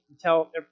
tell